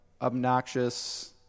obnoxious